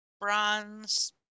bronze